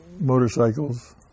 motorcycles